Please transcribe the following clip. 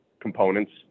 components